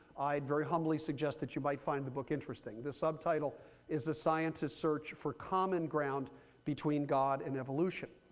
i'd very humbly suggest that you might find the book interesting. the subtitle is a scientist's search for common ground between god and evolution.